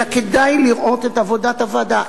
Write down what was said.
אלא כדאי לראות את עבודת הוועדה.